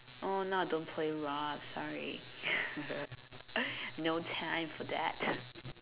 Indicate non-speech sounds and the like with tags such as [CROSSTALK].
oh now I don't play ROSS sorry [LAUGHS] no time for that